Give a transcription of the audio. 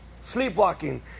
Sleepwalking